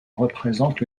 représente